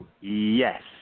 Yes